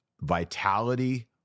vitality